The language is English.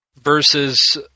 versus